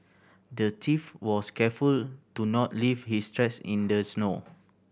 the thief was careful to not leave his tracks in the snow